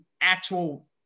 actual